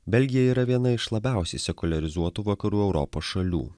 belgija yra viena iš labiausiai sekuliarizuotų vakarų europos šalių